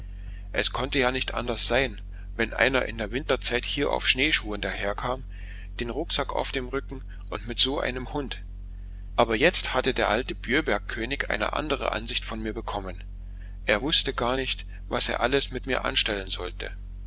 es konnte ja nicht anders sein wenn einer in der winterzeit hier auf schneeschuhen daherkam den rucksack auf dem rücken und mit so einem hund aber jetzt hatte der alte bjöberg könig eine andere ansicht von mir bekommen er wußte gar nicht was er alles mit mir anstellen sollte